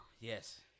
yes